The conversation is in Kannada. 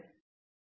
ತುಂಬಾ ಧನ್ಯವಾದಗಳು